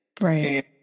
right